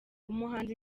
umuhanzi